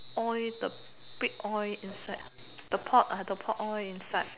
oil the pig oil inside the pork the pork oil inside